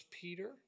Peter